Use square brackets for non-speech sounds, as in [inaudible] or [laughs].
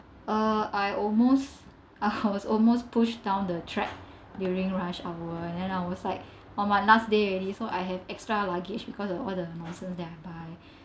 uh I almost I [laughs] was almost pushed down the track during rush hour and then I was like on my last day already so I have extra luggage because of all the nonsense that I bought